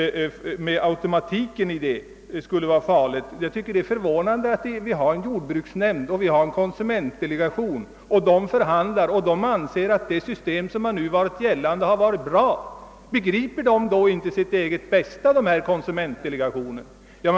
Vi har en jordbruksnämnd och en konsumentdelegation som fört förhandlingar med jordbrukets förhandlingsdelegation. De anser att det system som tillämpats varit bra. Begriper då inte denna konsumentdelegation sitt eget bästa?